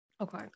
Okay